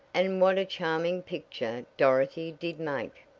and what a charming picture dorothy did make!